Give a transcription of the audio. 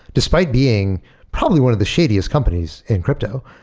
despite being probably one of the shadiest companies in crypto,